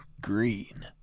green